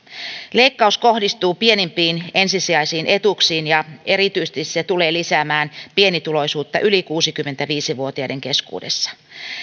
leikkaus kohdistuu pienimpiin ensisijaisiin etuuksiin ja erityisesti se tulee lisäämään pienituloisuutta yli kuusikymmentäviisi vuotiaiden keskuudessa